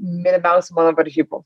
mylimiausių mano varžybų